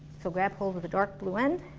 so grab hold of the dark blue end.